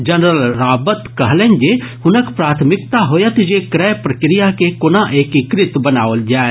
general Rawat कहलनि जे हुनक प्राथमिकता होयत जे क्रय प्रक्रिया के कोना एकीकृत बनाओल जाय